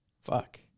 fuck